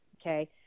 Okay